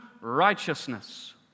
righteousness